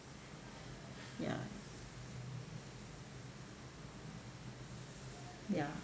ya ya